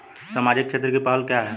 सामाजिक क्षेत्र की पहल क्या हैं?